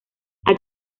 aquí